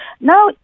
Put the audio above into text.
Now